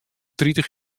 tritich